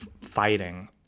fighting